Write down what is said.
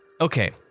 okay